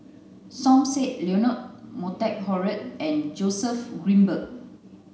Som Said Leonard Montague Harrod and Joseph Grimberg